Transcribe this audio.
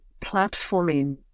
platforming